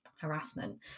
harassment